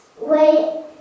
Wait